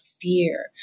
fear